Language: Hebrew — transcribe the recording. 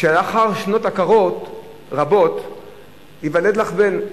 שלאחר שנות עקרות רבות ייוולד לה בן,